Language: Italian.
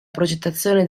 progettazione